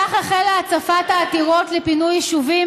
כך החלה הצפת העתירות לפינוי יישובים